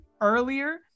earlier